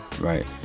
right